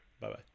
Bye-bye